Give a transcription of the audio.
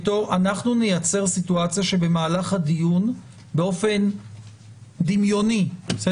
אנחנו נייצר סיטואציה שבמהלך הדיון באופן דמיוני יש